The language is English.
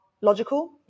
logical